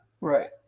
right